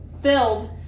filled